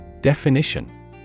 Definition